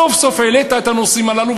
סוף-סוף העלית את הנושאים הללו,